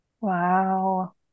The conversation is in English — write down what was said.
Wow